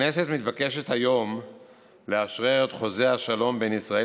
הכנסת מתבקשת היום לאשרר את חוזה השלום בין ישראל